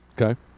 Okay